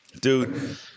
Dude